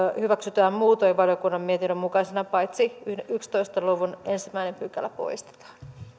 hyväksytään muutoin valiokunnan mietinnön mukaisena paitsi yhdentoista luvun ensimmäinen pykälä poistetaan